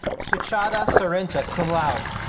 suchada sarintra, cum laude.